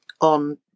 on